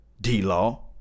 D-Law